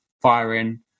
firing